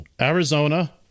Arizona